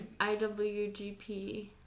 IWGP